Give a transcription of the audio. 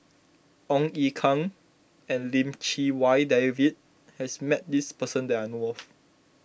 Ong Ye Kung and Lim Chee Wai David has met this person that I know of